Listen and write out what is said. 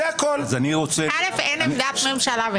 קודם כל, אין עמדת ממשלה.